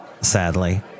sadly